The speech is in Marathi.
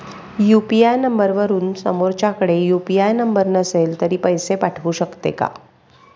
यु.पी.आय नंबरवरून समोरच्याकडे यु.पी.आय नंबर नसेल तरी पैसे पाठवू शकते का?